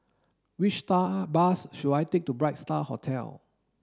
which bus should I take to Bright Star Hotel